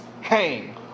hang